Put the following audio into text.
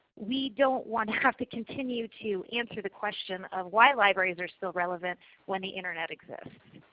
we don't want to have to continue to answer the question of why libraries are still relevant when the internet exists.